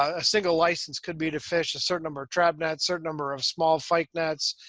a single license could be to fish a certain number of trap net certain number of small fyke nets,